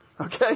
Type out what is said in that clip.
okay